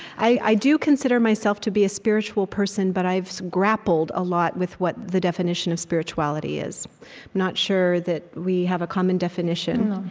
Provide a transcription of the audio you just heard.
i do consider myself to be a spiritual person, but i've grappled a lot with what the definition of spirituality is. i'm not sure that we have a common definition.